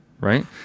right